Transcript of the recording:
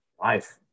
life